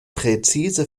präzise